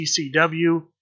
CCW